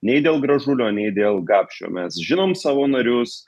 nei dėl gražulio nei dėl gapšio mes žinom savo narius